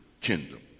kingdom